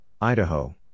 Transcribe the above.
Idaho